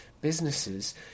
businesses